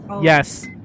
Yes